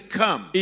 come